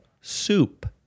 soup